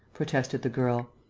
protested the girl.